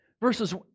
Verses